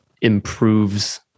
improves